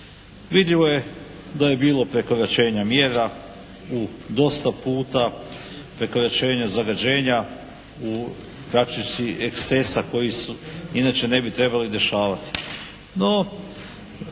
Vidljivo je da je bilo prekoračenja mjera u dosta puta, prekoračenja zagađenja u praktički ekscesa koji se inače ne bi trebali dešavati.